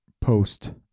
post